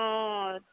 অ'